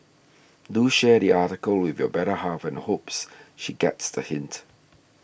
do share the article with your better half and hopes she gets the hint